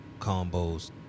combos